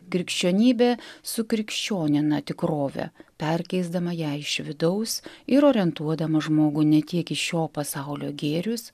krikščionybė sukrikščionina tikrovę perkeisdama ją iš vidaus ir orientuodama žmogų ne tiek į šio pasaulio gėrius